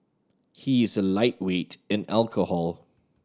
he is a lightweight in alcohol